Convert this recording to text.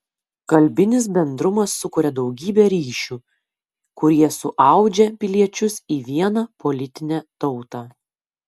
kalbinis bendrumas sukuria daugybė ryšių kurie suaudžia piliečius į vieną politinę tautą